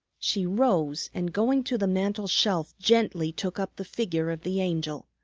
she rose, and going to the mantel-shelf gently took up the figure of the angel,